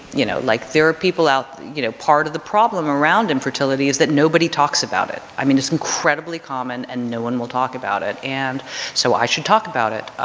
you know like there are people out you know part of the problem around infertility is that nobody talks about it. i mean, it's incredibly common and no one will talk about it. and so, i should talk about it.